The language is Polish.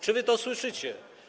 Czy wy to słyszycie?